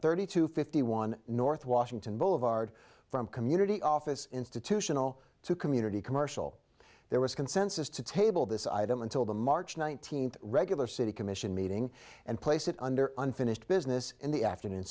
thirty to fifty one north washington boulevard from community office institutional to community commercial there was consensus to table this item until the march nineteenth regular city commission meeting and place it under unfinished business in the afternoon